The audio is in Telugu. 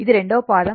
ఇది రెండవ పాదం